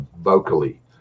vocally